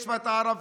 יש בה את הערבים,